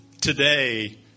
today